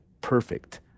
perfect